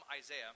Isaiah